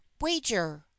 wager